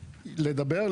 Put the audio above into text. לדבר,